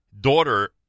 daughter